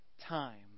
time